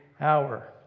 hour